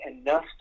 enough